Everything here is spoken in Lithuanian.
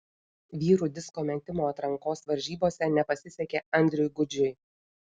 vyrų disko metimo atrankos varžybose nepasisekė andriui gudžiui